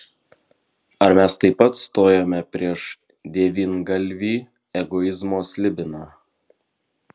ar mes taip pat stojome prieš devyngalvį egoizmo slibiną